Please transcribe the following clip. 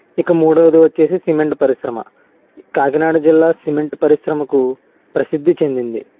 ఇక మూడవది వచ్చేసి సిమెంట్ పరిశ్రమ కాకినాడ జిల్లా సిమెంట్ పరిశ్రమకు ప్రసిద్ధి చెందింది